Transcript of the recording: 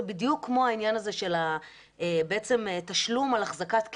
זה בדיוק כמו העניין הזה של תשלום על אחזקת כלב,